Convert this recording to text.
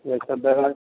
ओहिके बेगर